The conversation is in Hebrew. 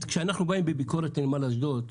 כשאנחנו באים בביקורת לנמל אשדוד,